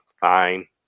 fine